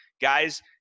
Guys